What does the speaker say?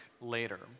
later